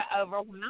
overwhelmed